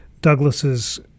Douglas's